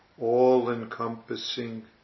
all-encompassing